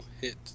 hit